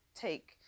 take